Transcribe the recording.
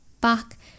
back